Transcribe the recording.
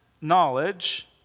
knowledge